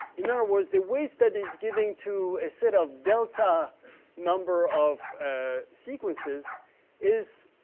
and there was the width that is giving to asset of delta number of sequences is,